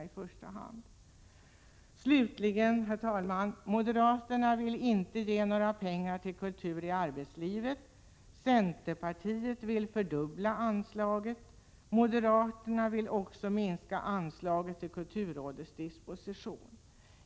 Slutligen, herr talman: Moderaterna vill inte ge några pengar till kultur i arbetslivet. Centerpartiet vill fördubbla anslaget. Moderaterna vill också minska anslaget till kulturrådets disposition.